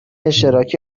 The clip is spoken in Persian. اشتراکی